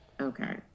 Okay